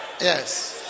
Yes